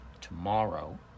tomorrow